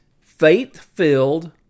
faith-filled